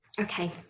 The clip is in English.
Okay